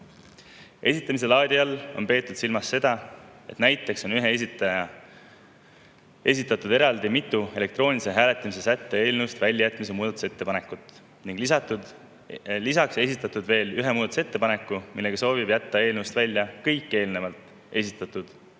Esitamise laadi all on peetud silmas seda, et näiteks üks esitaja on esitanud eraldi mitu elektroonilise hääletamise sätte eelnõust väljajätmise muudatusettepanekut ning lisaks esitanud veel ühe muudatusettepaneku, millega soovib jätta eelnõust välja kõik eelnevalt esitatud